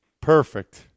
Perfect